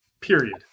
Period